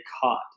caught